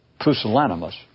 pusillanimous